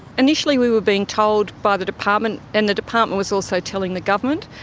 initially we were being told by the department, and the department was also telling the government,